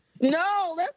No